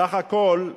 סך הכול,